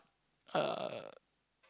uh